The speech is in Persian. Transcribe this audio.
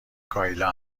کایلا